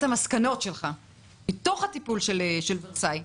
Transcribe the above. המסקנות שלך בתוך הטיפול באסון ורסאי.